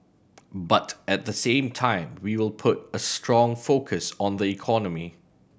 but at the same time we will put a strong focus on the economy